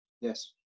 yes